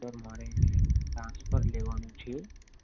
sir મારે transfer લેવાનું છે